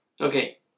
Okay